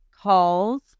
calls